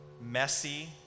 messy